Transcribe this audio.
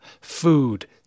food